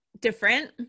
different